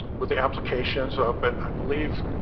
with the applications of but i believe